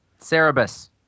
Cerebus